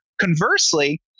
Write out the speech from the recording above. Conversely